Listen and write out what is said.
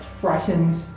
frightened